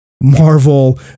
Marvel